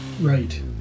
Right